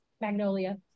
Magnolia